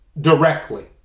directly